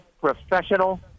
professional